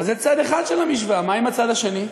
אבל זה צד אחד של המשוואה, מה עם הצד השני?